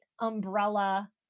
umbrella